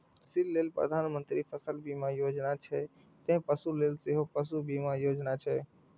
फसिल लेल प्रधानमंत्री फसल बीमा योजना छै, ते पशु लेल सेहो पशु बीमा योजना छै